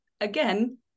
again